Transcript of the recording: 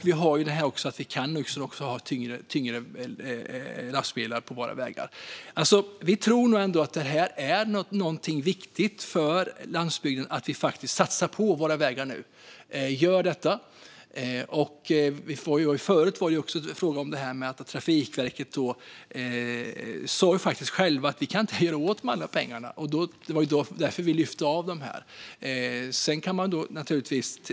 Vi kan nu också ha tyngre lastbilar på våra vägar. Vi tror nog ändå att det är viktigt för landsbygden att vi faktiskt satsar på våra vägar nu. Det var också fråga om att Trafikverket faktiskt själva sa att de inte kunde göra av med alla pengarna, och det var därför vi lyfte bort dem.